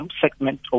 segment